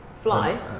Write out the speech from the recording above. Fly